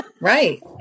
Right